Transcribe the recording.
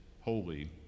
holy